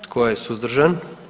Tko je suzdržan?